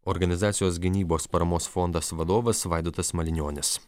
organizacijos gynybos paramos fondas vadovas vaidotas malinionis